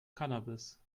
cannabis